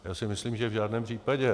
Já si myslím, že v žádném případě.